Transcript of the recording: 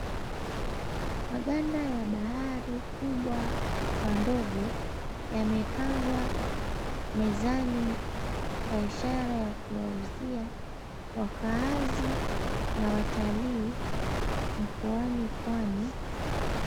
Maganda ya bahari kubwa kwa ndogo, yamepangwa mezani kwa ishara ya kuwauzia wakaazi na watalii mkoani Pwani.